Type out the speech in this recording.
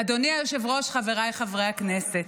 אדוני היושב-ראש, חבריי חברי הכנסת.